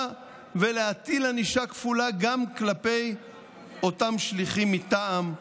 ולהטיל ענישה כפולה גם על אותם שליחים מטעם,